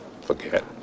forget